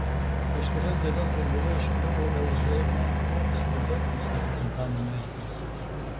prieš kelias dienas burbulai užkliuvo lžūu studentui sakė fontanų meistras